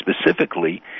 specifically